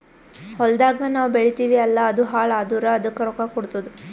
ಹೊಲ್ದಾಗ್ ನಾವ್ ಬೆಳಿತೀವಿ ಅಲ್ಲಾ ಅದು ಹಾಳ್ ಆದುರ್ ಅದಕ್ ರೊಕ್ಕಾ ಕೊಡ್ತುದ್